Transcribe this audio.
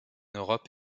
europe